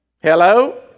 Hello